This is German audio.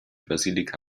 basilika